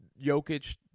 Jokic